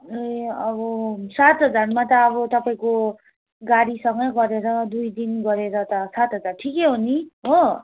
ए अहो सात हजारमा त अब तपाईँको गाडीसँगै गरेर दुई दिन गरेर त सात हजार ठिकै हो नि हो